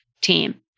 team